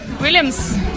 Williams